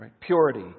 Purity